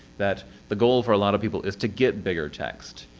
that the goal for a lot of people is to get bigger text.